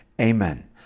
Amen